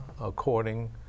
according